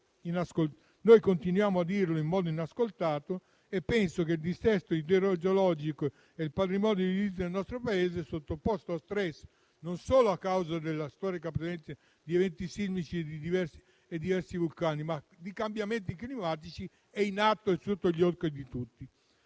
Noi continuiamo a dirlo in modo inascoltato e penso che il dissesto idrogeologico del patrimonio del nostro Paese, sottoposto a *stress* a causa non solo della storica presenza di eventi sismici e di vulcani, ma anche dei cambiamenti climatici in atto, sia sotto gli occhi di tutti.